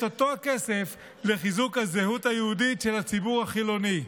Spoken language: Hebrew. אותו כסף לחיזוק הזהות היהודית של הציבור החילוני.